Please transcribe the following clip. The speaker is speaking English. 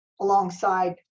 alongside